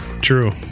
True